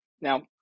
Now